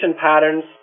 patterns